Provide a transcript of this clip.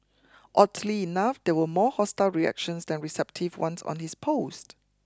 oddly enough there were more hostile reactions than receptive ones on his post